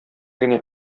генә